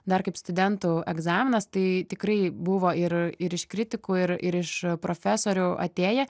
dar kaip studentų egzaminas tai tikrai buvo ir ir iš kritikų ir iš profesorių atėję